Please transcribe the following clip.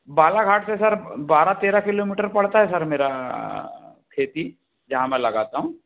बालाघाट से सर बारह तेरह किलोमीटर पड़ता है सर मेरा खेती जहाँ मैं लगाता हूँ